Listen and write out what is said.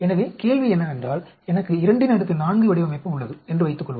எனவே கேள்வி என்னவென்றால் எனக்கு 24 வடிவமைப்பு உள்ளது என்று வைத்துக்கொள்வோம்